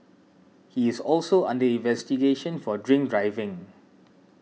he is also under investigation for drink driving